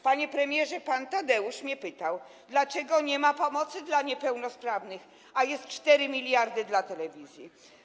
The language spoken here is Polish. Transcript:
Panie premierze, pan Tadeusz mnie pytał: Dlaczego nie ma pomocy dla niepełnosprawnych, a są 4 mld dla telewizji?